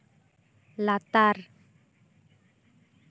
ᱞᱟᱛᱟᱨ